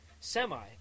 Semi